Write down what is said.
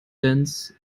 dense